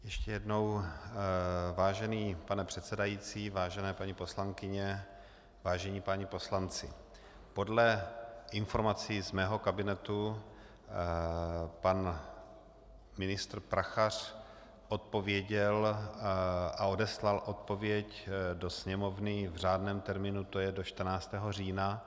Ještě jednou, vážený pane předsedající, vážené paní poslankyně, vážení páni poslanci, podle informací z mého kabinetu pan ministr Prachař odpověděl a odeslal odpověď do Sněmovny v řádném termínu, to je do 14. října.